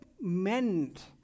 meant